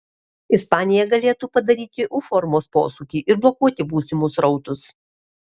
ispanija galėtų padaryti u formos posūkį ir blokuoti būsimus srautus